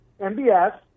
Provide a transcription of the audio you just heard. MBS